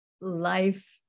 Life